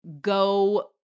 go